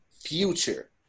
future